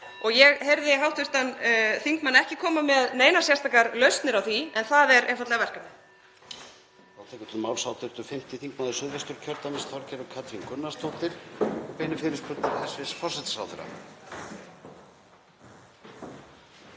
hringir.) hv. þingmann ekki koma með neinar sérstakar lausnir á því. En það er einfaldlega verkefnið.